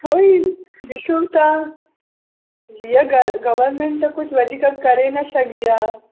कोई ॾिसूं था जीअं ग गवर्मेंट त कुझु वधीक करे न सघी आहे